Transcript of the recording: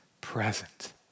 present